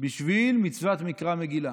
בשביל מצוות מקרא מגילה?